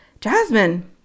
Jasmine